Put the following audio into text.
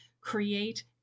create